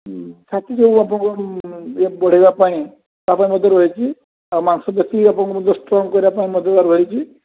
ହୁଁ ଛାତି ଯେଉଁ ଆପଣଙ୍କର ବଢାଇବା ପାଇଁ ତା ପାଇଁ ମଧ୍ୟ ରହିଛି ଆଉ ମାଂସପେଶୀ ଆପଣଙ୍କର ଯେଉଁ ଷ୍ଟ୍ରଙ୍ଗ୍ କରିବା ପାଇଁ ମଧ୍ୟ ତା'ର ରହିଛି